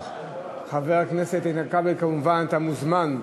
חבר הכנסת איתן כבל, כמובן אתה מוזמן.